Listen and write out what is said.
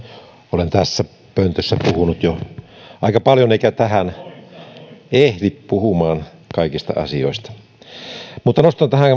olen tässä pöntössä puhunut jo aika paljon eikä tähän ehdi puhumaan kaikista asioista mutta nostan tähän